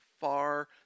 far